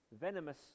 venomous